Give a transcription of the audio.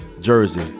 jersey